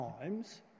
times